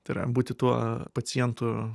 tai yra būti tuo pacientu